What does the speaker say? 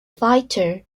fighter